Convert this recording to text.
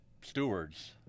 stewards—